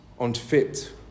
unfit